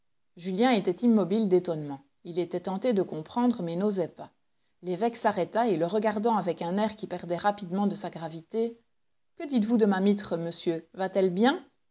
julien était immobile d'étonnement il était tenté de comprendre mais n'osait pas l'évêque s'arrêta et le regardant avec un air qui perdait rapidement de sa gravité que dites-vous de ma mitre monsieur va-t-elle bien